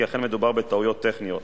כי אכן מדובר בטעויות טכניות.